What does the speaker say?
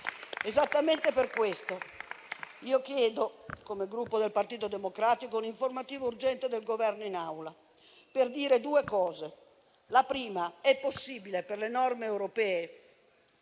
Esattamente per tale ragione, chiedo, a nome del Gruppo Partito Democratico, un'informativa urgente del Governo in Assemblea per dire due cose. La prima: è possibile, per le norme europee